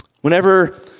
Whenever